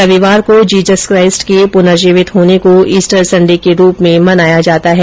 रविवार को Jesus Christ के पुनर्जीवित होने को ईस्टर संडे के रूप में मनाया जाता है